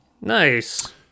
Nice